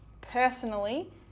personally